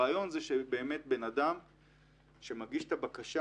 הרעיון הוא לטפל מיד באדם שמגיש בקשה